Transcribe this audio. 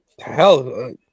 Hell